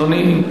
אדוני.